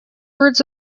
words